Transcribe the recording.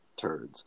turds